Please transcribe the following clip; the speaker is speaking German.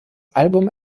album